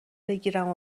بگیرم